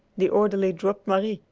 the orderly dropped marie,